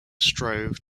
strove